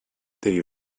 they